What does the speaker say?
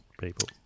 people